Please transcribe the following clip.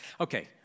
Okay